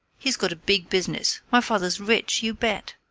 he's got a big business. my father's rich, you bet!